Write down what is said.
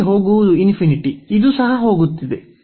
ಇಲ್ಲಿಗೆ ಹೋಗುವುದು ∞ ಇದು ಸಹ ಹೋಗುತ್ತಿದೆ